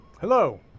Hello